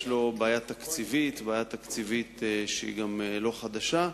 יש בו בעיה תקציבית, שהיא גם לא חדשה.